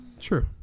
True